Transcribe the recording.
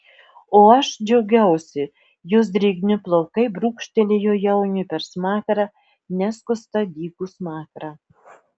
o aš džiaugiausi jos drėgni plaukai brūkštelėjo jauniui per smakrą neskustą dygų smakrą